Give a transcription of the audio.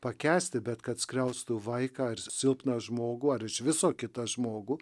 pakęsti bet kad skriaustų vaiką ar silpną žmogų ar iš viso kitą žmogų